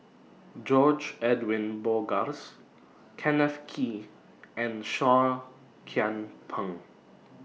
George Edwin Bogaars Kenneth Kee and Seah Kian Peng